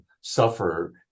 suffer